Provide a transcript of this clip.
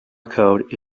code